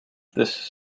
this